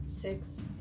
Six